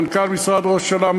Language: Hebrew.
מנכ"ל משרד ראש הממשלה,